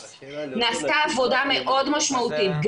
נעשתה עבודה מאוד משמעותית,